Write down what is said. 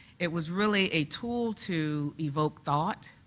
it was really a tool to evoke thought,